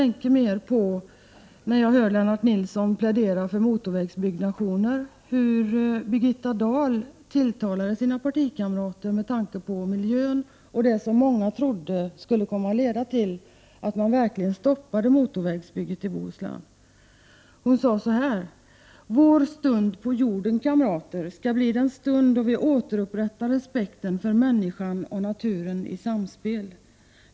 När jag hör Lennart Nilsson plädera för motorvägsbyggnationer tänker jag mer på hur Birgitta Dahl tilltalade sina partikamrater med tanke på miljön, det som många trodde skulle komma att leda till att man verkligen stoppade motorvägsbygget i Bohuslän. Hon sade: Vår stund på jorden, kamrater, skall bli den stund då vi återupprättar respekten för människan och naturen i samspel.